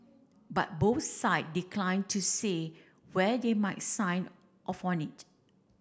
but both side declined to say where they might sign off on it